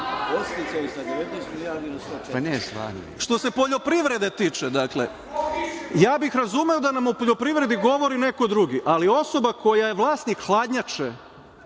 Jovanov** Što se poljoprivrede tiče ja bih razumeo da nam o poljoprivredi govori neko drugi, ali osoba koja je vlasnik hladnjače